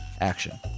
action